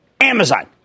Amazon